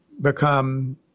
become